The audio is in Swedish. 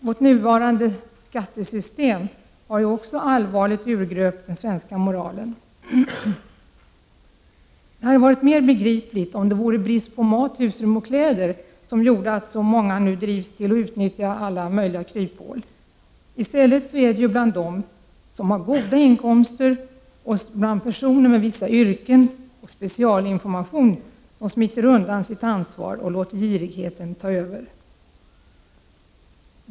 Vårt nuvarande skattesystem har allvarligt urgröpt den svenska moralen. Det hade varit mera begripligt om det vore brist på mat, husrum och kläder som har gjort att så många drivs till att utnyttja alla möjliga kryphål. I stället är det personer med goda inkomster och med vissa yrken som smiter undan sitt ansvar och låter girigheten ta över.